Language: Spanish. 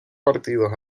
partidos